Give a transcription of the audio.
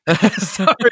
Sorry